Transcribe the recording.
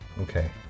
Okay